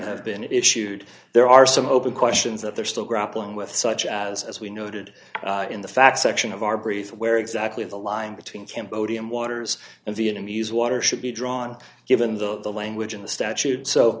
have been issued there are some open questions that they're still grappling with such as as we noted in the fact section of our brief where exactly the line between cambodian waters and the enemies water should be drawn given the language in the statute so